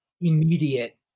immediate